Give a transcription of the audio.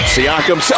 Siakam